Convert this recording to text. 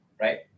right